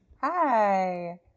hi